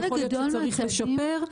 יכול להיות שצריך לשפר,